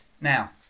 now